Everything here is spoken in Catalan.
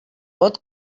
vot